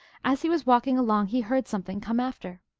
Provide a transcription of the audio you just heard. as he was walking along he heard something come after.